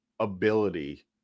ability